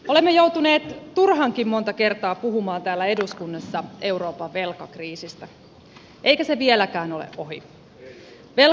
olemme joutuneet turhankin monta kertaa puhumaan täällä eduskunnassa euroopan velkakriisistä eikä se vieläkään ole ohi